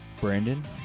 Brandon